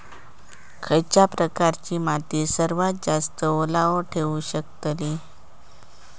खयच्या प्रकारची माती सर्वात जास्त ओलावा ठेवू शकतली?